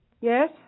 Yes